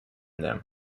them